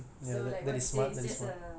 I will just go and ask my cousin brother